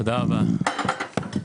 בבקשה.